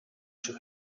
шиг